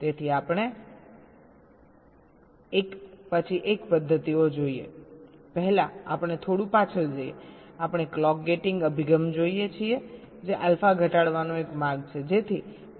તેથી ચાલો આપણે એક પછી એક પદ્ધતિઓ જોઈએપહેલા આપણે થોડું પાછળ જઈએ આપણે ક્લોક ગેટિંગ અભિગમ જોઈએ છીએ જે આલ્ફા ઘટાડવાનો એક માર્ગ છે